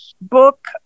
book